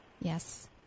Yes